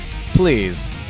please